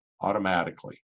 automatically